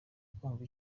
kumva